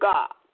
God